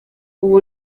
ubu